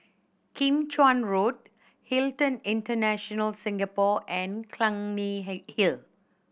Kim Chuan Road Hilton International Singapore and Clunny Hill